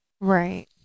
right